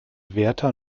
wärter